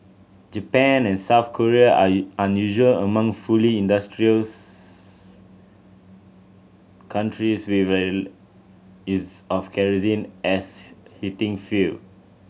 Japan and South Korea are are unusual among fully industrialised countries with is of kerosene as heating fuel